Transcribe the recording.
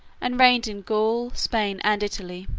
and reigned in gaul, spain, and italy.